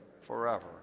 forever